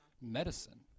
Medicine